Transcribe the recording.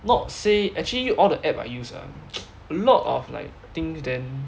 not say actually all the app I use ah lot of like things then